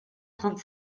trente